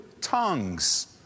tongues